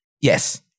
Yes